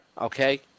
okay